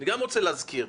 אני גם רוצה להזכיר,